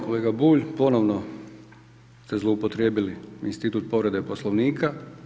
Kolega Bulj ponovno ste zloupotrijebili institut povrede Poslovnika.